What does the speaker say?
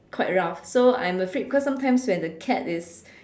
quite rough so I'm afraid cause sometimes when the cat is